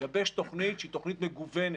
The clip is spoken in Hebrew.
לגבש תוכנית שהיא תוכנית מגוונת.